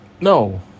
no